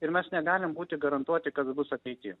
ir mes negalim būti garantuoti kas bus ateity